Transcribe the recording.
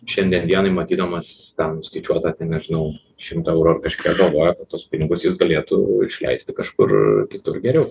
šiandien dienai matydamas ten nuskaičiuotą ten nežinau šimtą eurų ar kažkiek galvoja kad tuos pinigus jis galėtų išleisti kažkur kitur geriau